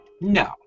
No